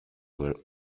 were